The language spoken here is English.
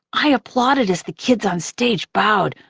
i applauded as the kids onstage bowed.